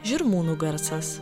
žirmūnų garsas